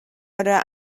орой